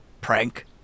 prank